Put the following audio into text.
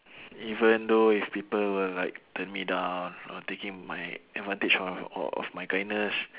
even though if people will like turn me down or taking my advantage o~ of of my kindness